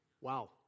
Wow